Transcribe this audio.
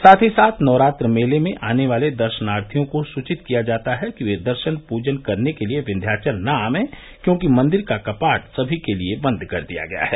साथ ही साथ नवरात्र मेले में आने वाले दर्शनार्थियों को सूचित किया जाता है कि वे दर्शन पूजन करने के लिए विंध्याचल ना आयें क्योंकि मंदिर का कपाट सभी के लिए बंद कर दिया गया है